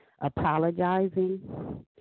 apologizing